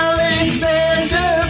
Alexander